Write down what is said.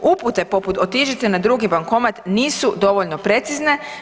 Upute poput otiđite na drugi bankomat nisu dovoljno precizne.